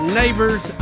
neighbors